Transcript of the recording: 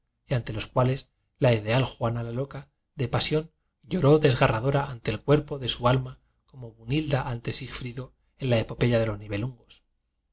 ante los cuales la ideal juana la loca de pasión lloró desgarradora ante el cuerpo de su alma como bunilda ante sigfrido en la epopeya de los